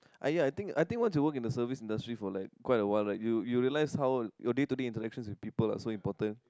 !aiya! I think I think once you work in the service industry for like quite awhile right you you realize how your day to day interactions with people are so important